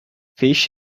fish